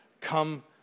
come